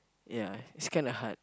ya is kind of hard